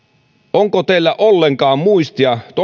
onko teillä ollenkaan muistia tuo